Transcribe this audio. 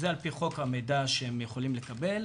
זה על פי חוק המידע שהם יכולים לקבל.